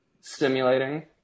stimulating